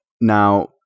Now